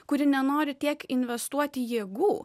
kuri nenori tiek investuoti jėgų